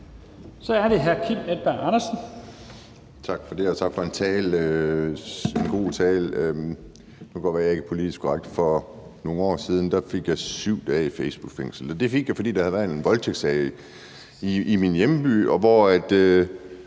Kl. 15:49 Kim Edberg Andersen (NB): Tak for det, og tak for en god tale. Det kan godt være, jeg ikke er politisk korrekt, men for nogle år siden fik jeg 7 dage i facebookfængsel, og det fik jeg, fordi der havde været en voldtægtssag i min hjemby, hvor